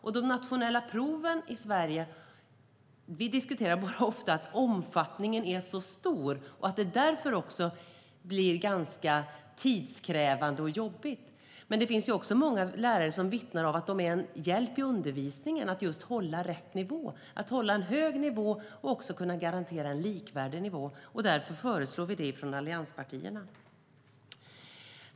Vi diskuterar ofta att omfattningen av nationella prov i Sverige är stor och att de därför blir tidskrävande och jobbiga. Men det finns många lärare som vittnar om att proven är en hjälp i undervisningen att hålla rätt nivå, en hög nivå och kunna garantera en likvärdig nivå. Därför föreslår vi i allianspartierna sådana prov.